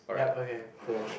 yup okay cool